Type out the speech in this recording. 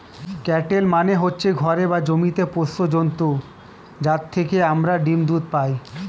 cattle মানে হচ্ছে ঘরে বা জমিতে পোষ্য জন্তু যাদের থেকে আমরা ডিম, দুধ পাই